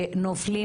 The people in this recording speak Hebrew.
שנופלים